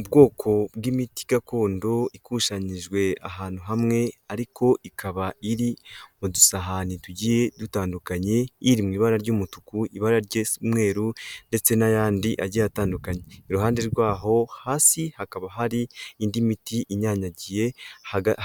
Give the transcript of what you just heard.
Ubwoko bw'imiti gakondo ikusanyijwe ahantu hamwe ariko ikaba iri mu dusahani tugiye dutandukanye iri mu ibara ry'umutuku ibara risa umweru ndetse n'ayandi agiye atandukanye iruhande rw'aho hasi hakaba hari indi miti inyanyagiye